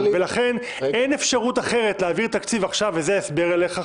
ולכן אין אפשרות אחרת להעביר תקציב עכשיו וזה ההסבר אליך,